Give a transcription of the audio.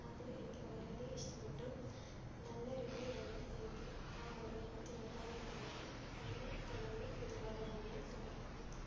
അത് എനിക്ക് വളരെയധികം ഇഷ്ടപ്പെട്ടു നല്ല റിവ്യൂ ആണ് എനിക്ക് ആ ഓഡറിനെപ്പറ്റി നൽകാനായിട്ടുള്ളത് നിങ്ങൾ തുടർന്നും ഇതുപോലെ തന്നെ തുടരുക